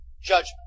judgment